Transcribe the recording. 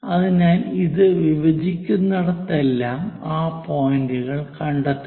അതിനാൽ അത് വിഭജിക്കുന്നിടത്തെല്ലാം ആ പോയിന്റുകൾ കണ്ടെത്തുക